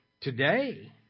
today